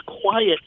quiet